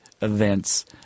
events